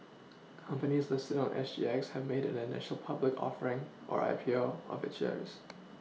companies listed on S G X have made an an initial public offering or I P O of its shares